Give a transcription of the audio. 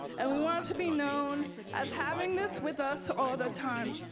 and we want to be known as having this with us all the time.